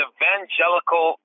Evangelical